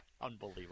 Unbelievable